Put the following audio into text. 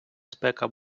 спека